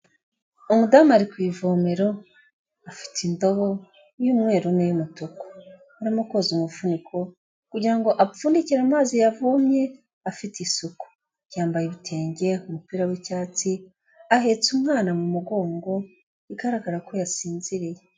Umudamu ari ku ivomero afite indobo y'umweru n'iy'umutuku, arimo koza umufuniko kugira ngo apfundikire amazi yavomye afite isuku, yambaye ibitenge, umupira w'icyatsi, ahetse umwana mu mugongo bigaragara ko yasinziriye.